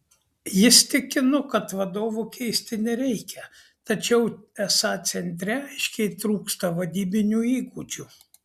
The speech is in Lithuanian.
jis tikino kad vadovo keisti nereikia tačiau esą centre aiškiai trūksta vadybinių įgūdžių